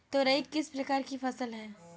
तोरई किस प्रकार की फसल है?